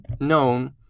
known